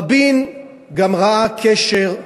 רבין גם ראה קשר,